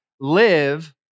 live